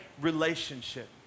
relationship